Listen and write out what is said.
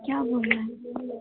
क्या बोलना है